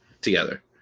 together